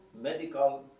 medical